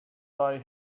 die